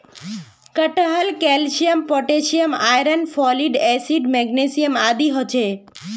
कटहलत calcium potassium iron folic acid magnesium आदि ह छे